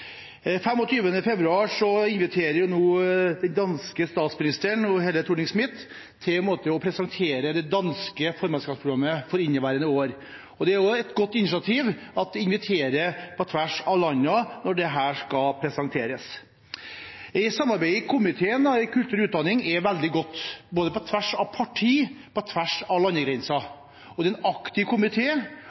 25. februar inviterer den danske statsministeren, Helle Thorning-Schmidt, til et møte for å presentere det danske formannskapsprogrammet for innværende år. Å invitere på tvers av landene er et godt initiativ når dette skal presenteres. Samarbeidet i kultur- og utdanningskomiteen er veldig godt, på tvers av både parti- og landegrenser. Det er en aktiv